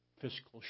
fiscal